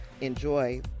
enjoy